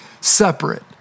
separate